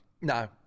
No